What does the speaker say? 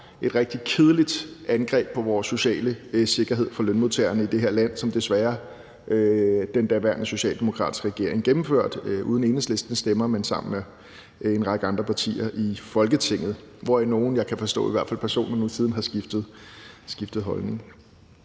et rigtig kedeligt angreb på vores sociale sikkerhed for lønmodtagerne i det her land, som den daværende socialdemokratiske regering desværre gennemførte uden Enhedslistens stemmer, men sammen med en række andre partier i Folketinget, hvoraf nogle, kan jeg forstå, i hvert fald personligt siden har skiftet holdning.